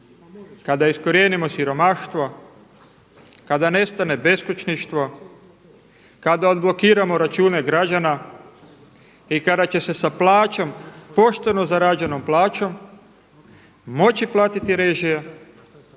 kada iskorijenimo siromaštvo, kada nestane beskućništvo, kada odblokiramo račune građana i kada će se sa plaćom, pošteno zarađenom plaćom moći platiti režije,